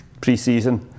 pre-season